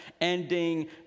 ending